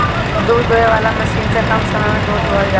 दूध दूहे वाला मशीन से कम समय में दूध दुहा जाला